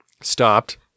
stopped